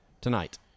tonight